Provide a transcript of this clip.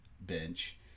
bench